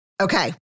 Okay